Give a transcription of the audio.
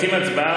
רוצים הצבעה?